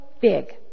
big